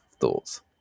thoughts